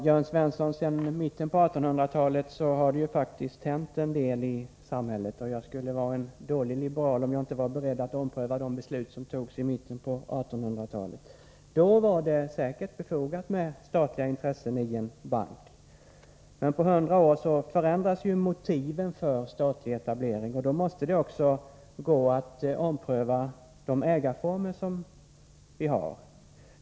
Fru talman! Sedan mitten av 1800-talet har det faktiskt hänt en del i samhället, Jörn Svensson. Jag skulle vara dålig liberal om jag inte vore beredd att ompröva beslut som togs i mitten på 1800-talet. Då var det säkert befogat med statliga intressen i en bank. Men på hundra år förändras motiven för statlig etablering. Då måste det också vara möjligt att ompröva de ägarformer vi har.